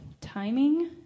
timing